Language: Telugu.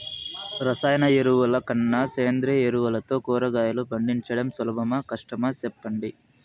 రసాయన ఎరువుల కన్నా సేంద్రియ ఎరువులతో కూరగాయలు పండించడం సులభమా కష్టమా సెప్పండి